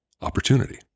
opportunity